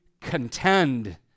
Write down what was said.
contend